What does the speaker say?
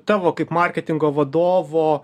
tavo kaip marketingo vadovo